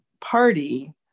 Party